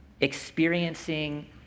experiencing